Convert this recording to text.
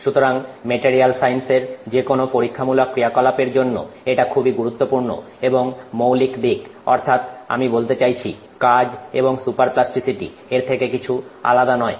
সুতরাং মেটারিয়াল সায়েন্সের যে কোন পরীক্ষামূলক ক্রিয়াকলাপ এর জন্য এটা খুবই গুরুত্বপূর্ণ এবং মৌলিক দিক অর্থাৎ আমি বলতে চাইছি কাজ এবং সুপার প্লাস্টিসিটি এর থেকে আলাদা কিছু নয়